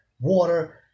water